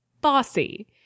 bossy